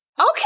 Okay